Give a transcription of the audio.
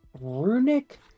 runic